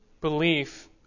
belief